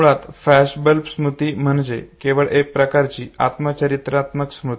मुळात फ्लॅशबल्ब स्मृती म्हणजे केवळ एक प्रकारची आत्मचरित्रात्मक स्मृती